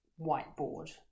whiteboard